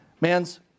Man's